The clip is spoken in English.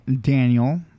daniel